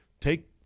Take